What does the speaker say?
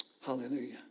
Hallelujah